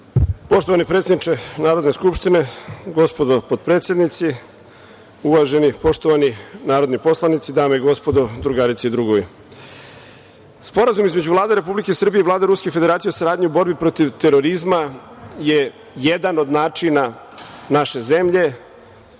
Poštovani predsedniče Narodne skupštine, gospodo potpredsednici, uvaženi, poštovani narodni poslanici, dame i gospodo, drugarice i drugovi, Sporazum između Vlade Republike Srbije i Vlade Ruske Federacije o saradnji u borbi protiv terorizma je jedan od načina naše zemlje,